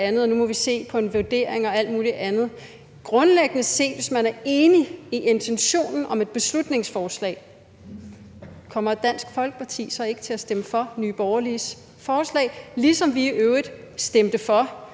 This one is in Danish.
nu må vi se på en vurdering og alt muligt andet. Hvis man grundlæggende set er enige i intentionen i et beslutningsforslag, kommer Dansk Folkeparti så ikke til at stemme for Nye Borgerliges forslag, ligesom vi i øvrigt stemte for